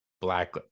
black